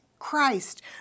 Christ